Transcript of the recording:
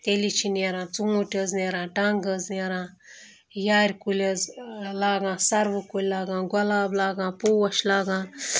تیٚلی چھِ نیران ژوٗنٛٹھۍ حظ نیران ٹنٛگ حظ نیران یارِ کُلۍ حظ لاگان سَروٕ کُلۍ لاگان گۄلاب لاگان پوش لاگان